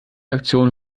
aktion